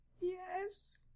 Yes